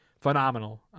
phenomenal